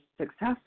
successful